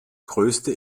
größte